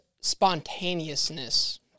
spontaneousness